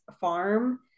farm